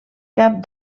cap